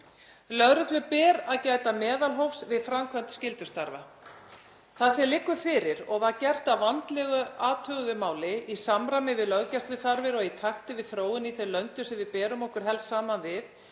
Lögreglu ber að gæta meðalhófs við framkvæmd skyldustarfa. Það sem liggur fyrir og var gert að vandlega athuguðu máli í samræmi við löggæsluþarfir og í takt við þróun í þeim löndum sem við berum okkur helst saman við